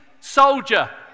soldier